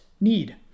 need